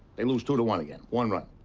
they lose two to one again. one run.